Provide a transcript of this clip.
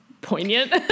poignant